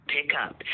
Pickup